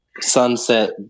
sunset